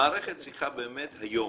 המערכת צריכה באמת היום